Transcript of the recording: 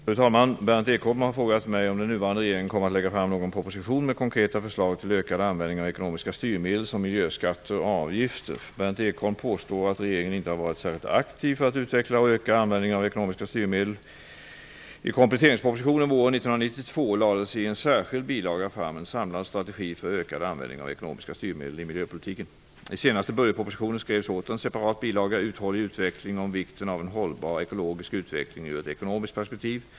Fru talman! Berndt Ekholm har frågat mig om den nuvarande regeringen kommer att lägga fram någon proposition med konkreta förslag till ökad användning av ekonomiska styrmedel som miljöskatter/avgifter. Berndt Ekholm påstår att regeringen inte har varit särskilt aktiv för att utveckla och öka användningen av ekonomiska styrmedel. I kompletteringspropositionen våren 1992 lades i en särskild bilaga fram ''En samlad strategi för ökad användning av ekonomiska styrmedel i miljöpolitiken''. I senaste budgetpropositionen skrevs åter en separat bilaga, Uthållig utveckling, om vikten av en hållbar ekologisk utveckling ur ett ekonomiskt perspektiv.